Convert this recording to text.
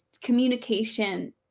communication